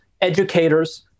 educators